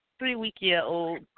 three-week-year-old